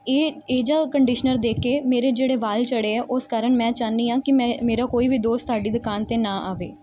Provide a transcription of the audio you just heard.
ਇਹ ਇਹੋ ਜਿਹਾ ਕੰਡੀਸ਼ਨਰ ਦੇ ਕੇ ਮੇਰੇ ਜਿਹੜੇ ਵਾਲ ਝੜੇ ਆ ਉਸ ਕਾਰਨ ਮੈਂ ਚਾਹੁੰਦੀ ਹਾਂ ਕਿ ਮੈਂ ਮੇਰਾ ਕੋਈ ਵੀ ਦੋਸਤ ਸਾਡੀ ਦੁਕਾਨ 'ਤੇ ਨਾ ਆਵੇ